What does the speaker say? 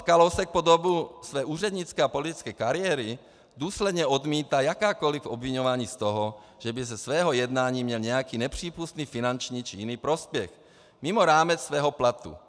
Miroslav Kalousek po dobu své úřednické a politické kariéry důsledně odmítá jakákoliv obviňování z toho, že by ze svého jednání měl nějaký nepřípustný finanční či jiný prospěch mimo rámec svého platu.